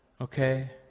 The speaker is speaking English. okay